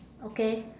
okay